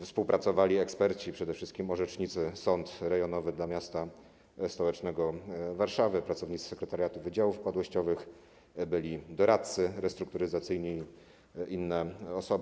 Współpracowali przy tym eksperci - przede wszystkim orzecznicy, Sąd Rejonowy dla miasta stołecznego Warszawy, pracownicy sekretariatu wydziałów upadłościowych, byli doradcy restrukturyzacyjni i inne osoby.